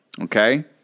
Okay